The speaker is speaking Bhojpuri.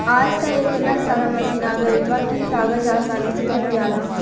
आज त एतना सारा मशीन आ गइल बा की कागज आसानी से बन जाला